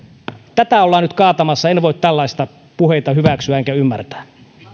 tätä ollaan nyt kaatamassa en voi tällaisia puheita hyväksyä enkä ymmärtää